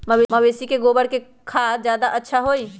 मवेसी के गोबर के खाद ज्यादा अच्छा होई?